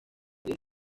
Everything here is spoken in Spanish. gris